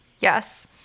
Yes